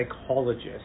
psychologist